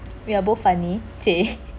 we are both funny che~